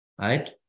right